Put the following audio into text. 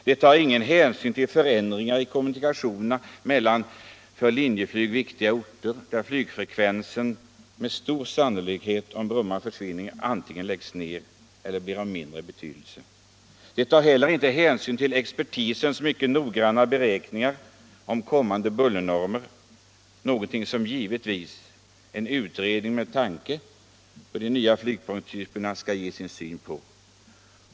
Det tar ingen hänsyn till förändringar i kommunikationerna mellan för Linjeflyg viktiga orter, där flygfrekvensen med stor sannolikhet - om Bromma försvinner — antingen läggs ned eller blir av mindre betydelse. Det tar heller inte hänsyn till expertisens mycket noggranna beräkningar om kommande bullernormer, någonting som givetvis en utredning med tanke på de nya flyg Bromma flygplats Bromma flygplats planstyperna skall ge sin syn på.